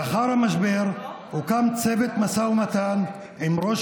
לאחר המשבר הוקדם צוות משא ומתן עם ראש